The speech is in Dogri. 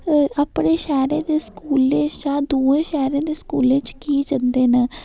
अपने शैह्रे दे स्कूले शा दुए शैह्रे दे स्कूलै च की जंदे न